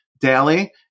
daily